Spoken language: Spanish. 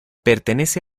pertenece